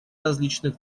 различных